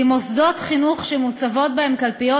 כי מוסדות חינוך שמוצבות בהם קלפיות